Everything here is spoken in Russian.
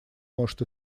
может